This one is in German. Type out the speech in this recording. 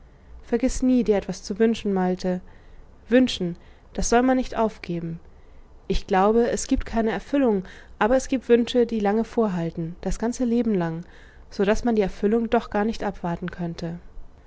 vergiß nie dir etwas zu wünschen malte wünschen das soll man nicht aufgeben ich glaube es giebt keine erfüllung aber es giebt wünsche die lange vorhalten das ganze leben lang so daß man die erfüllung doch gar nicht abwarten könnte